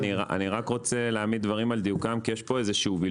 אני רוצה להעמיד דברים על דיוקם כי יש פה בלבול.